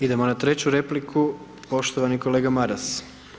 Idemo na treću repliku, poštovani kolega Maras.